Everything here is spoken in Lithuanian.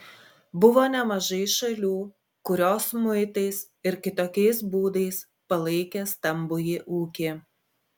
buvo nemažai šalių kurios muitais ir kitokiais būdais palaikė stambųjį ūkį